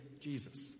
Jesus